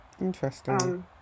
Interesting